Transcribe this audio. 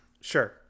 Sure